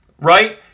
right